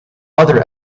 other